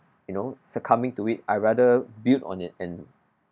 you know succumbing to it I rather build on it and